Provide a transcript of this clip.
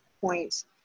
points